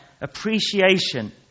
appreciation